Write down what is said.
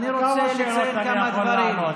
אני רוצה לציין כמה דברים.